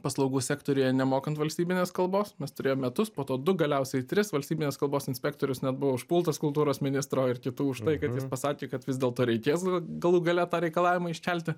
paslaugų sektoriuje nemokant valstybinės kalbos mes turėjom metus po to du galiausiai tris valstybinės kalbos inspektorius net buvo užpultas kultūros ministro ir kitų už tai kad jis pasakė kad vis dėlto reikės galų gale tą reikalavimą iškelti